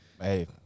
hey